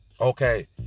Okay